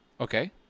Okay